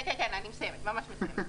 כן, אני מסיימת.